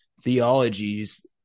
theologies